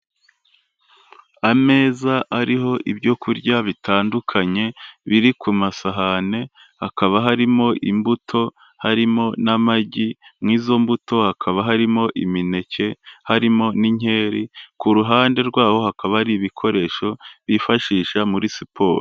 Ameza ariho ibyokurya bitandukanye, biri ku masahane, hakaba harimo imbuto, harimo n'amagi, mu izo mbuto hakaba harimo imineke, harimo n'inkeri, ku ruhande rwaho hakaba hari ibikoresho bifashisha muri siporo.